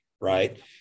Right